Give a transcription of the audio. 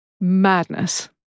madness